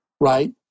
right